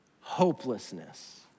Hopelessness